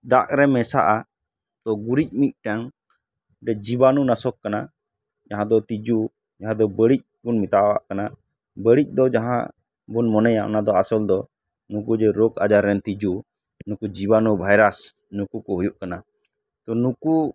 ᱫᱟᱜ ᱨᱮ ᱢᱮᱥᱟᱜᱼᱟ ᱛᱚ ᱜᱩᱨᱤᱡ ᱢᱤᱜᱴᱟᱝ ᱡᱤᱵᱟᱱᱩ ᱱᱟᱥᱚᱠ ᱠᱟᱱᱟ ᱡᱟᱦᱟᱸ ᱫᱤ ᱛᱤᱡᱩ ᱡᱟᱦᱟᱸ ᱫᱚ ᱵᱟᱲᱤᱡ ᱵᱚ ᱢᱮᱛᱟᱣᱟᱜ ᱠᱟᱱᱟ ᱵᱟᱹᱲᱤᱡ ᱫᱚ ᱡᱟᱦᱟᱸ ᱵᱚᱱ ᱢᱚᱱᱮᱭᱟ ᱚᱱᱟ ᱫᱚ ᱟᱥᱚᱞ ᱫᱚ ᱱᱩᱠᱩ ᱡᱮ ᱨᱳᱜᱽ ᱟᱡᱟᱨ ᱨᱮᱱ ᱛᱤᱡᱩ ᱱᱩᱠᱩ ᱡᱤᱵᱟᱱᱩ ᱵᱷᱟᱭᱨᱟᱥ ᱱᱩᱠᱩ ᱠᱚ ᱦᱩᱭᱩᱜ ᱠᱟᱱᱟ ᱛᱚ ᱱᱩᱠᱩ